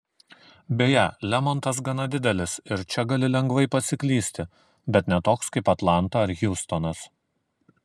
beje lemontas gana didelis ir čia gali lengvai pasiklysti bet ne toks kaip atlanta ar hjustonas